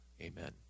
Amen